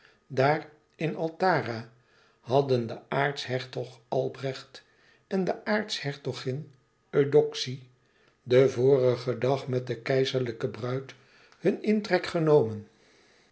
daar in altara hadden de aartshertog albrecht en de aartshertogin eudoxie den vorigen dag met de keizerlijke bruid hun intrek genomen